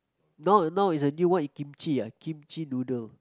now now is a new one kimchi ah kimchi noodle